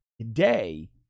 today